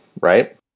right